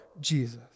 Jesus